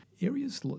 Areas